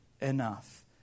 enough